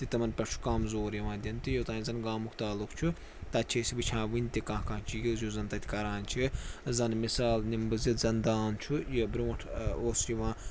تہٕ تِمَن پٮ۪ٹھ چھُ کَم زور یِوان دِنہٕ تہِ یوٚتانۍ زَن گامُک تعلُق چھُ تَتہِ چھِ أسۍ وُچھان وُنہِ تہِ کانٛہہ کانٛہہ چیٖز یُس زَن تَتہِ کَران چھِ زَن مِثال نِمہٕ بہٕ زِ زَن دان چھُ یہِ برٛونٛٹھ اوس یِوان